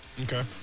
Okay